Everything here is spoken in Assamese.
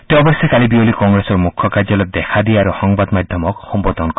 তেওঁ অৱশ্যে কালি বিয়লি কংগ্ৰেছৰ মুখ্য কাৰ্যালয়ত দেখা দিয়ে আৰু সংবাদ মাধ্যমক সম্বোধন কৰে